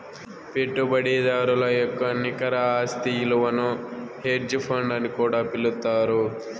పెట్టుబడిదారుల యొక్క నికర ఆస్తి ఇలువను హెడ్జ్ ఫండ్ అని కూడా పిలుత్తారు